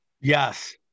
Yes